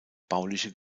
bauliche